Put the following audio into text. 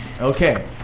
Okay